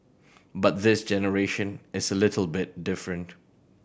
but this generation it's a little bit different